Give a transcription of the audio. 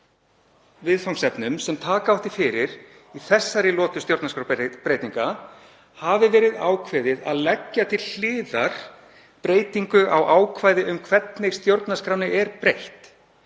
viðfangsefnum sem taka átti fyrir í þessari lotu stjórnarskrárbreytinga hafi verið ákveðið að leggja til hliðar breytingu á ákvæði um hvernig stjórnarskránni er breytt.